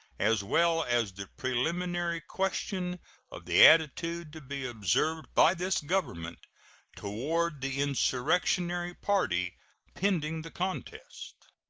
as well as the preliminary question of the attitude to be observed by this government toward the insurrectionary party pending the contest.